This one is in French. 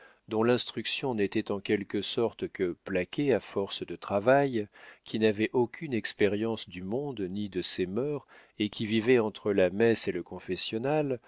dont l'instruction n'était en quelque sorte que plaquée à force de travail qui n'avait aucune expérience du monde ni de ses mœurs et qui vivait entre la messe et le confessionnal